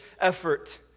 effort